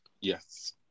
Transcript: Yes